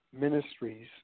Ministries